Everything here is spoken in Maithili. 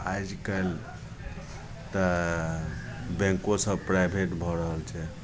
आइकाल्हि तऽ बैँकोसब प्राइवेट भऽ रहल छै